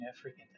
African